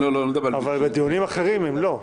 דיונים אחרים לא.